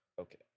Okay